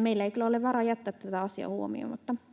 meillä ei kyllä ole varaa jättää tätä asiaa huomioimatta.